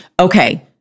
Okay